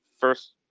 first